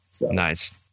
Nice